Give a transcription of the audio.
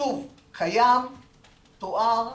תואר,